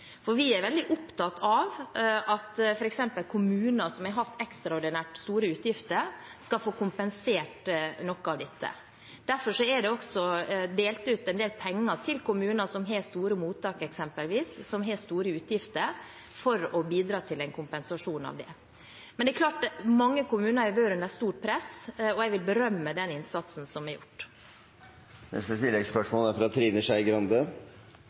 for vi er veldig opptatt av at f.eks. kommuner som har hatt ekstraordinært store utgifter, skal få kompensert noe av dette. Derfor er det også delt ut en del penger til kommuner som eksempelvis har store mottak, som har store utgifter, for å bidra til en kompensasjon for det. Men det er klart at mange kommuner har vært under stort press, og jeg vil berømme den innsatsen som er gjort. Trine Skei Grande